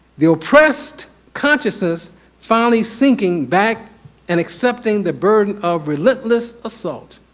the oppressed consciousness finally sinking back and accepting the burden of relentless assault.